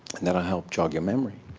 and that'll help jog your memory.